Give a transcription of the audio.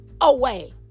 away